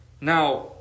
Now